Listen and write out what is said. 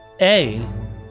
-A